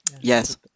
Yes